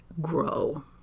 grow